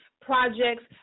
projects